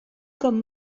comme